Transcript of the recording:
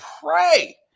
pray